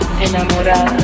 enamorada